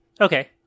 okay